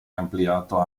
ampliato